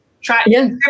try